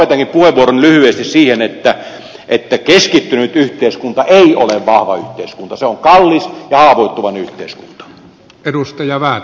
lopetankin puheenvuoroni lyhyesti siihen että keskittynyt yhteiskunta ei ole vahva yhteiskunta se on kallis ja haavoittuvainen yhteiskunta